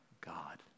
God